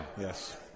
Yes